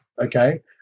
Okay